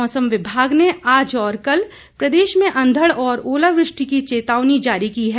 मौसम विभाग ने आज और कल प्रदेश में अंधड़ और ओलावृष्टि की चेतावनी जारी की गई है